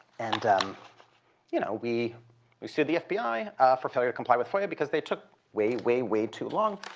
and um you know we we sued the fbi for failure to comply with foia because they took way, way, way too long